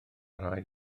rai